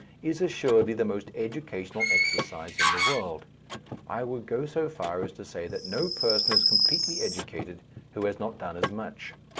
is assuredly the most educational exercise in the world i would go so far as to say that no person is completely educated who has not done as much.